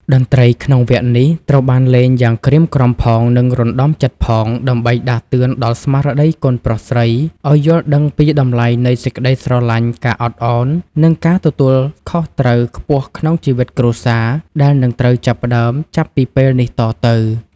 តន្ត្រីក្នុងវគ្គនេះត្រូវបានលេងយ៉ាងក្រៀមក្រំផង និងរណ្តំចិត្តផង ដើម្បីដាស់តឿនដល់ស្មារតីកូនប្រុសស្រីឱ្យយល់ដឹងពីតម្លៃនៃសេចក្តីស្រឡាញ់ ការអត់ឱន និងការទទួលខុសត្រូវខ្ពស់ក្នុងជីវិតគ្រួសារដែលនឹងត្រូវចាប់ផ្តើមចាប់ពីពេលនេះតទៅ។